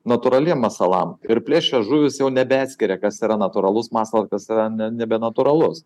natūraliem masalam ir plėšrios žuvys jau nebeatskiria kas yra natūralus masalas kas yra ne nebenatūralus